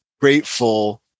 grateful